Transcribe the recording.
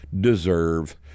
deserve